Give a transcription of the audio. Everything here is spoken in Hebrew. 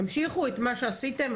תמשיכו את מה שעשיתם,